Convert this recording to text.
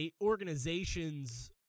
organization's